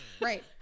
Right